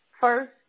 First